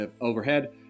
overhead